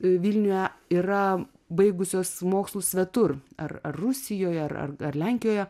vilniuje yra baigusios mokslus svetur ar ar rusijoje ar ar lenkijoje